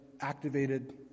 activated